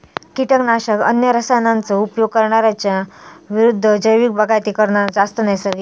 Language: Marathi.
किटकनाशक, अन्य रसायनांचो उपयोग करणार्यांच्या विरुद्ध जैविक बागायती करना जास्त नैसर्गिक हा